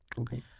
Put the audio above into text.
Okay